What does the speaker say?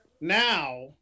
Now